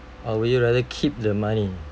or would you rather keep the money